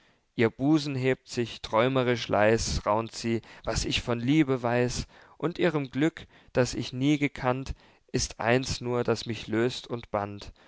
ihr busen hebt sich träumerisch leis raunt sie was ich von liebe weiß und ihrem glück das ich nie gekannt ist eins nur das mich löst und bannt